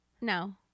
No